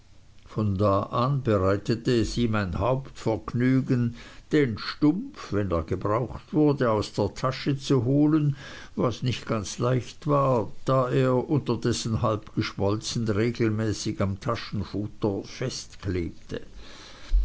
von da an bereitete es ihm ein hauptvergnügen den stumpf wenn er gebraucht wurde aus der tasche zu holen was nicht ganz leicht war da er unterdessen halb geschmolzen regelmäßig am taschenfutter festklebte